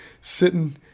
sitting